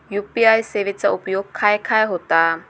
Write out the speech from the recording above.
UPI सेवेचा उपयोग खाय खाय होता?